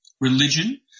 Religion